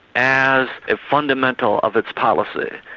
as a fundamental of its policy,